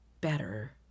better